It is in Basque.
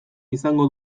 izango